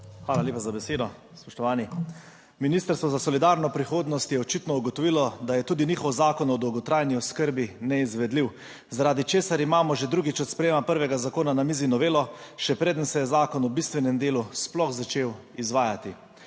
Hvala lepa za besedo. Spoštovani, Ministrstvo za solidarno prihodnost je očitno ugotovilo, da je tudi njihov Zakon o dolgotrajni oskrbi neizvedljiv, zaradi česar imamo že drugič od sprejema prvega zakona na mizi novelo, še preden se je zakon v bistvenem delu sploh začel izvajati.